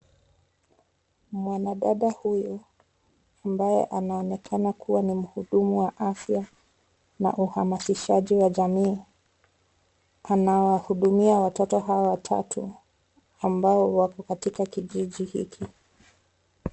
Mwanadada huyu ambaye anaonekana kuwa ni mhudumu wa afya na uhamashishaji wa jamii, anawahudumia watoto hawa watatu ambao wapo katika kijiji hiki.